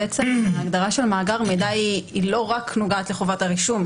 ההגדרה של "מאגר מידע" לא נוגעת רק לחובת הרישום,